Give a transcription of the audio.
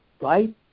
right